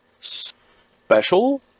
special